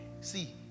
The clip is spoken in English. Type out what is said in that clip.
See